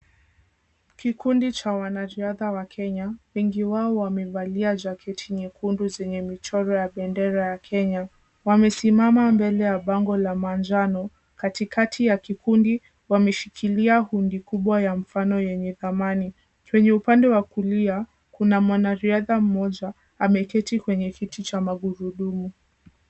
Kikundi cha wanariadha wa Kenya wengi wao wamevalia jaketi nyekundu zenye michoro ya bendera ya Kenya. Wamesimama mbele ya bango la manjano katikati ya kikundi wameshikilia hundi kubwa ya mfano yenye thamani. Kwenye upande wa kulia, kuna mwanariadha mmoja ameketi kwenye kiti cha magurudumu.